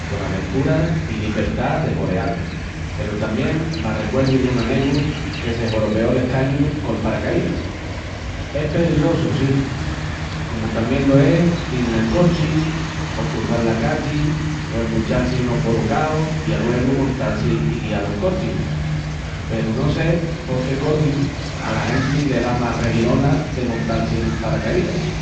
Cona aventura i libertá de voleal, peru tamién m'arrecuerdu d'un amegu que se xorobeó l'escañu col paracaídas. Es peligrosu si, comu tamién lo es dil nel cochi, o cruzal la calli o embuchal-si unus borucaus i alguegu montal-si i guial un cochi, peru no sé porque corçiu ala genti le da más rehilona de montal-si nun paracaídas.